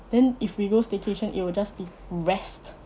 then if we go staycation it will just be rest